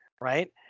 right